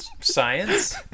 science